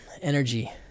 energy